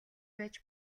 байж